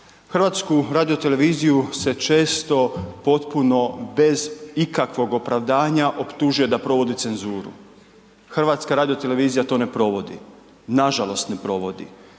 čemu se radi? HRT se često potpuno bez ikakvog opravdanja optužuje da provodi cenzuru. HRT to ne provodi. Nažalost ne provodi.